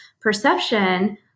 perception